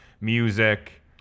music